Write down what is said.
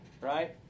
right